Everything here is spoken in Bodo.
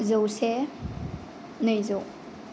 जौसे नैजौ